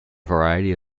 variety